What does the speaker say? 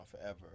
forever